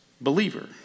believer